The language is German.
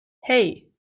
hei